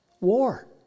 War